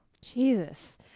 Jesus